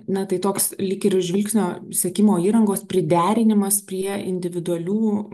na tai toks lyg ir žvilgsnio sekimo įrangos priderinimas prie individualių